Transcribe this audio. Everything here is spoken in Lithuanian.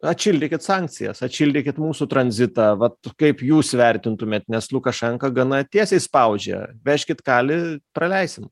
atšildykit sankcijas atšildykit mūsų tranzitą vat kaip jūs vertintumėt nes lukašenka gana tiesiai spaudžia vežkit kalį praleisim